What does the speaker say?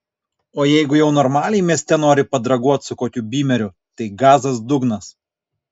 o jeigu jau normaliai mieste nori padraguot su kokiu bymeriu tai gazas dugnas